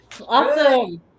Awesome